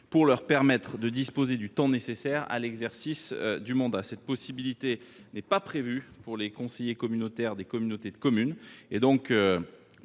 pour leur permettre de disposer du temps nécessaire à l'exercice de leur mandat. Une telle possibilité n'est pas prévue pour les conseillers communautaires des communautés de communes.